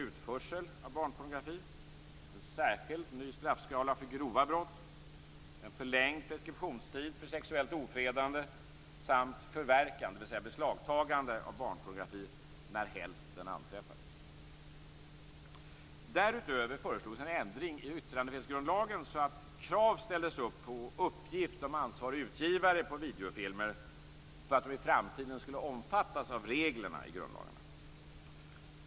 Utredningen föreslog bl.a. Därutöver föreslogs en ändring i yttrandefrihetsgrundlagen så att krav ställdes upp på uppgift om ansvarig utgivare på videofilmer för att de i framtiden skulle omfattas av reglerna i grundlagarna.